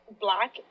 black